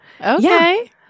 Okay